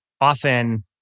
often